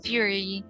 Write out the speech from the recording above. Fury